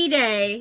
day